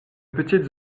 petites